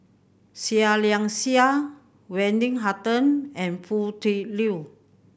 Seah Liang Seah Wendy Hutton and Foo Tui Liew